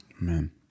man